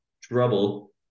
trouble